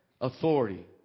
Authority